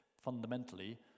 Fundamentally